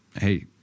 hey